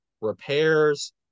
repairs